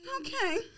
okay